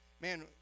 Man